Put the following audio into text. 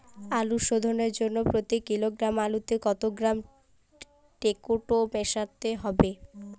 আলু শোধনের জন্য প্রতি কিলোগ্রাম আলুতে কত গ্রাম টেকটো মেশাতে হবে?